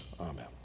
Amen